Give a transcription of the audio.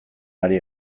ari